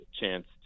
chance